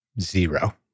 zero